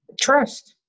trust